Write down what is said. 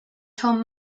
tom